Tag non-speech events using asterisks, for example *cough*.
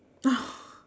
*breath*